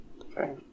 Okay